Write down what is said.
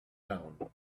down